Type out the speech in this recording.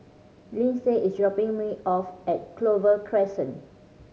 Linsey is dropping me off at Clover Crescent